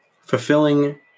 fulfilling